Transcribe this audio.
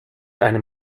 einem